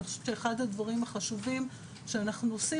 אני חושבת שאחד הדברים החשובים שאנחנו עושים,